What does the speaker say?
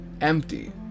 empty